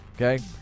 okay